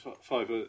five